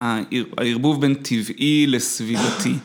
‫הערבוב בין טבעי לסביבתי.